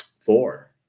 four